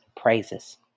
praises